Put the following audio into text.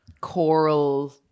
choral